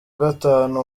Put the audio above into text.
gatanu